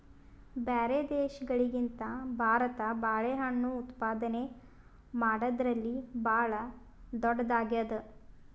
ಬ್ಯಾರೆ ದೇಶಗಳಿಗಿಂತ ಭಾರತ ಬಾಳೆಹಣ್ಣು ಉತ್ಪಾದನೆ ಮಾಡದ್ರಲ್ಲಿ ಭಾಳ್ ಧೊಡ್ಡದಾಗ್ಯಾದ